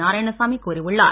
நாராயணசாமி கூறியுள்ளார்